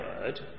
word